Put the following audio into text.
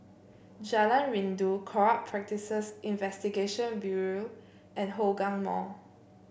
Jalan Rindu Corrupt Practices Investigation Bureau and Hougang Mall